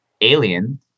alien